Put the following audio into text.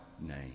name